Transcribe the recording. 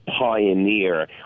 pioneer